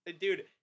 dude